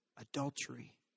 Adultery